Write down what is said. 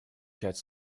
quatre